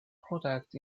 product